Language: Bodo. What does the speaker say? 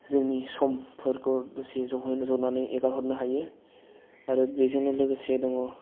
जोंनि समफोरखौ दसे जनानै हगारहरनो हायो आरो बेजोंनो लोगोसे दङ